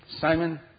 Simon